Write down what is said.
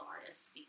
artists